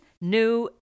new